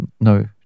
No